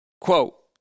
Quote